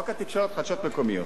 חוק התקשורת, חדשות מקומיות.